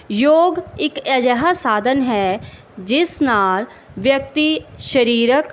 ਯੋਗ ਇੱਕ ਅਜਿਹਾ ਸਾਧਨ ਹੈ ਜਿਸ ਨਾਲ ਵਿਅਕਤੀ ਸਰੀਰਕ